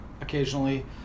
occasionally